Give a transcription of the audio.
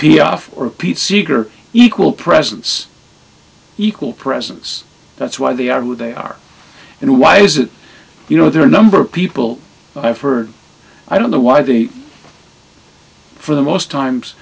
piaffe or pete seeger equal presence equal presence that's why they are who they are and why is it you know there are a number of people i've heard i don't know why they for the most times